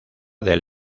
del